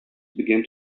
began